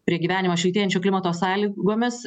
prie gyvenimo šiltėjančio klimato sąlygomis